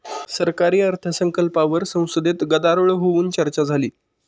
सरकारी अर्थसंकल्पावर संसदेत गदारोळ होऊन चर्चा झाली